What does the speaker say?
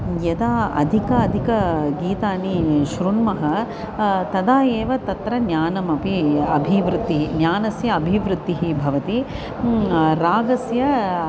यदा अधिकाधिकानि गीतानि श्रुण्मः तदा एव तत्र ज्ञानमपि अभिवृद्धिः ज्ञानस्य अभिवृद्धिः भवति रागस्य